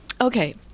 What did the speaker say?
okay